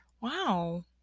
Wow